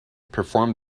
perform